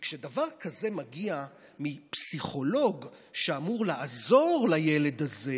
וכאשר דבר כזה מגיע מפסיכולוג שאמור לעזור לילד הזה,